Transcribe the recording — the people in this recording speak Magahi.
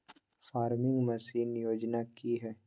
फार्मिंग मसीन योजना कि हैय?